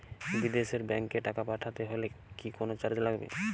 বিদেশের ব্যাংক এ টাকা পাঠাতে হলে কি কোনো চার্জ লাগবে?